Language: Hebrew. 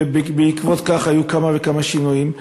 ובעקבות כך היו כמה וכמה שינויים,